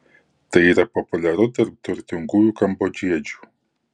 tai yra populiaru tarp turtingųjų kambodžiečiu